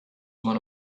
one